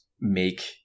make